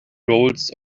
rolls